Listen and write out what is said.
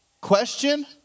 question